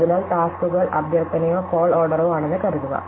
അതിനാൽ ടാസ്ക്കുകൾ അഭ്യർത്ഥനയോ കോൾ ഓർഡറോ ആണെന്ന് കരുതുക